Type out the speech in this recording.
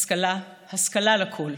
השכלה, השכלה לכול,